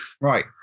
Right